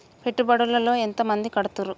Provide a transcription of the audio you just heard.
పెట్టుబడుల లో ఎంత మంది కడుతరు?